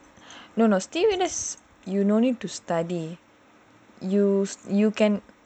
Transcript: no no stewardess you no need to study you you can